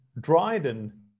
Dryden